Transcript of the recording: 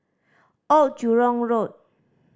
Old Jurong Road